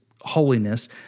holiness